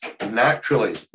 naturally